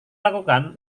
lakukan